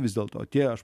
vis dėlto tie aš